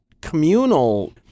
communal